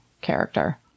character